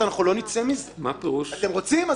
מה שחשבתי יותר,